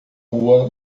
rua